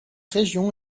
région